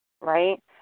right